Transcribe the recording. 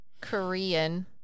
Korean